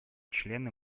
члены